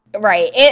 Right